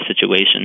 situation